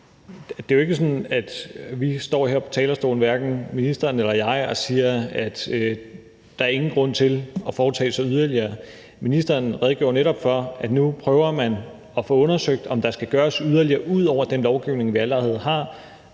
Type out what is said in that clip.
at det jo ikke er sådan, at vi, ministeren og jeg, står her på talerstolen og siger, at der ikke er nogen grund til at foretage sig yderligere. Ministeren redegjorde netop for, at nu prøver man at få undersøgt, om der skal gøres yderligere ud over den lovgivning, vi allerede har,